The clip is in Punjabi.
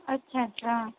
ਅੱਛਾ ਅੱਛਾ